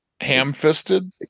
ham-fisted